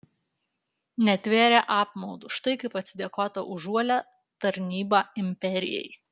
netvėrė apmaudu štai kaip atsidėkota už uolią tarnybą imperijai